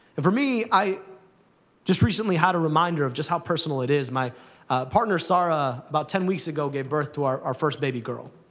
for me, i just recently had a reminder of just how personal it is. my partner sarah, about ten weeks ago, gave birth to our our first baby girl.